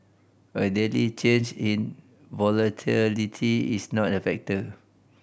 a daily change in volatility is not a factor